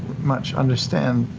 much understand.